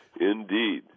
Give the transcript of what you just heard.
Indeed